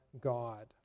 God